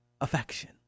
affection